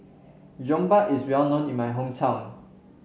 Jokbal is well known in my hometown